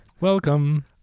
Welcome